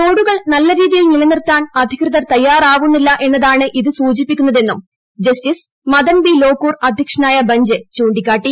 റോഡുകൾ നല്ലരീതിയിൽ നിലന്ദിർത്താ്ൻ അധികൃതർ തയ്യാറാവുന്നില്ല എന്നതാണ് ഇത് സൂചിപ്പിക്കുന്നതെന്നും ജസ്റ്റീസ് മദൻ ബി ലോകൂർ അദ്ധ്യക്ഷനായ് ബഞ്ച് ചൂണ്ടിക്കാട്ടി